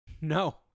No